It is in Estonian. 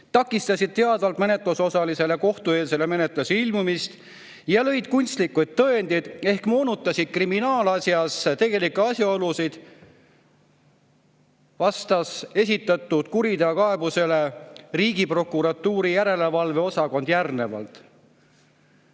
takistasid teadvalt menetlusosalise kohtueelsele menetlusele ilmumist ja lõid kunstlikud tõendid ehk moonutasid kriminaalasjas tegelikke asjaolusid – esitatud kuriteokaebusele vastas Riigiprokuratuuri järelevalve osakond järgnevalt